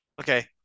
Okay